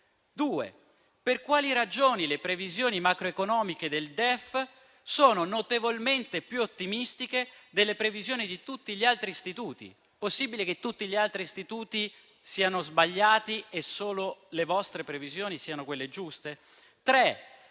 per quali ragioni le previsioni macroeconomiche del DEF sono notevolmente più ottimistiche delle previsioni di tutti gli altri istituti? Possibile che tutti gli altri istituti si siano sbagliati e solo le vostre previsioni siano quelle giuste?